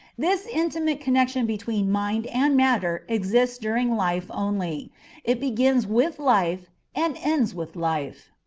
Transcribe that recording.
this intimate connection between mind and matter exists during life only it begins with life and ends with life.